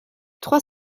trois